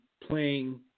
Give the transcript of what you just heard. playing